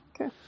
Okay